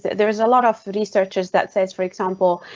there is a lot of researchers that says, for example,